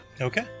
Okay